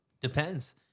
Depends